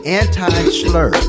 anti-slur